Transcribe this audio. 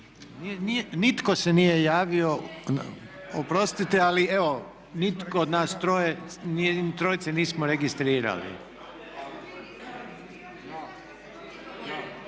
Nitko se nije javio. Oprostite, ali evo nitko od nas trojice nismo registrirali.